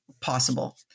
possible